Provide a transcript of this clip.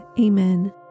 Amen